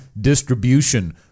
distribution